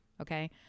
okay